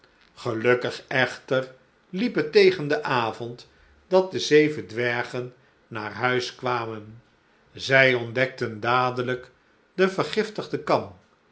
gelukkig echter liep het tegen den avond dat de zeven dwergen naar huis kwamen zij ontdekten dadelijk de vergiftigde kam